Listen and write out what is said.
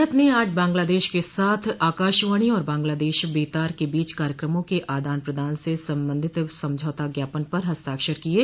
भारत ने आज बंगलादश के साथ आकाशवाणी और बांग्लादेश बेतार के बीच कार्यक्रमों के आदान प्रदान से संबंधित समझौता ज्ञापन पर हस्ताक्षर किये